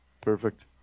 perfect